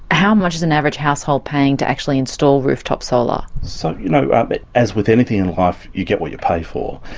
how much is an average household paying to actually install rooftop solar? so you know, ah but as with anything in life, you get what you pay for,